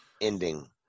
ending